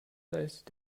leistet